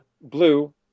Blue